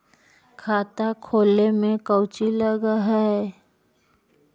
खाता खोले में कौचि लग है?